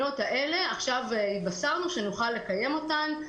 עכשיו התבשרנו שנוכל לקיים את הבחינות האלה.